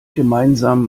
gemeinsam